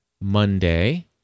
Monday